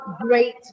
great